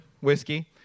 whiskey